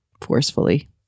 forcefully